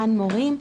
כמובן מורים,